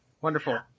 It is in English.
Wonderful